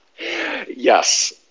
Yes